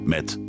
Met